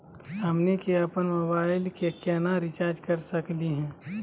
हमनी के अपन मोबाइल के केना रिचार्ज कर सकली हे?